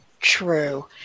true